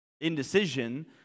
Indecision